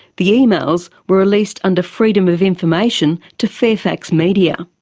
the emails were released under freedom of information to fairfax media.